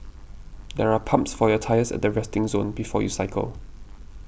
there are pumps for your tyres at the resting zone before you cycle